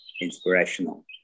inspirational